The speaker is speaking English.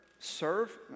serve